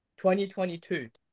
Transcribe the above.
2022